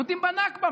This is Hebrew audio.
מודים בנכבה,